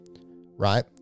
Right